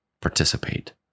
participate